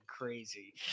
Crazy